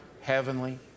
heavenly